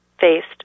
faced